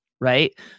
right